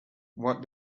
what